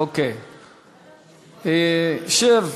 אוקיי, שב.